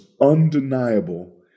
undeniable